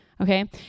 okay